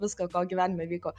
visko ko gyvenime vyko